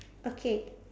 okay